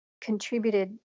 contributed